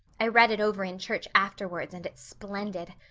i read it over in church afterwards and it's splendid.